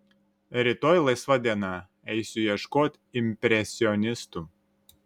rytoj laisva diena eisiu ieškot impresionistų